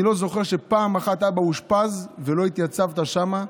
אני לא זוכר שפעם אחת אבא אושפז ולא התייצבת שם,